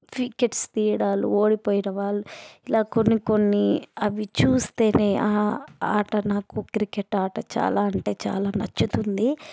wickets తీయడాలు ఓడిపోయిన వాళ్ళు ఇలా కొన్ని కొన్ని అవి చూస్తేనే ఆట నాకు క్రికెట్ ఆట చాలా అంటే చాలా నచ్చుతుంది